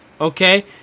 okay